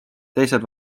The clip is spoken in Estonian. teised